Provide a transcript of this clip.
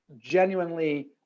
genuinely